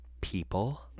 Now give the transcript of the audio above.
people